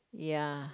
ya